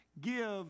give